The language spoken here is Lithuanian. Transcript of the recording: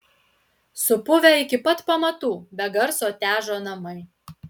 supuvę iki pat pamatų be garso težo namai